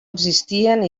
existien